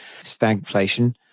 stagflation